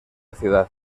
ciudad